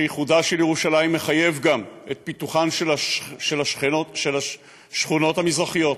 שאיחודה של ירושלים מחייב גם את פיתוחן של השכונות המזרחיות,